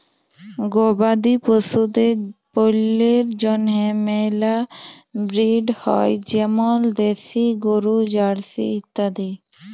গবাদি পশুদের পল্যের জন্হে মেলা ব্রিড হ্য় যেমল দেশি গরু, জার্সি ইত্যাদি